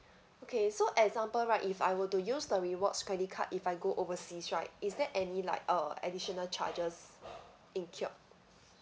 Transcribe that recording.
okay so example right if I were to use the rewards credit card if I go overseas right is there any like uh additional charges incurred